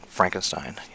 Frankenstein